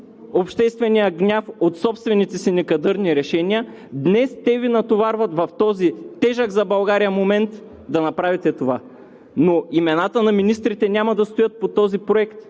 обществения гняв от собствените си некадърни решения. Днес те Ви натоварват в този тежък за България момент да направите това. Но имената на министрите няма да стоят под този проект,